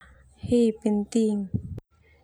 He penting.